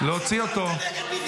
תוציאו אותו מהמליאה,